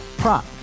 prop